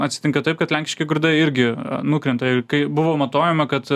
atsitinka taip kad lenkiški grūdai irgi nukrenta ir kai buvo matuojama kad